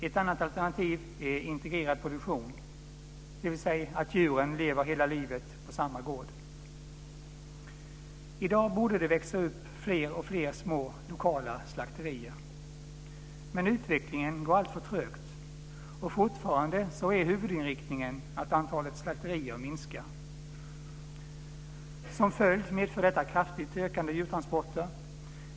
Ett annat alternativ är integrerad produktion, dvs. att djuren lever hela livet på samma gård. I dag borde det växa upp fler och fler små lokala slakterier. Men utvecklingen går alltför trögt, och fortfarande är huvudinriktningen att antalet slakterier minskar. Som följd medför detta ett kraftigt ökande antal djurtransporter.